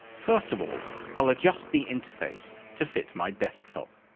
first of all i'll adjust the interface to fit my desktop.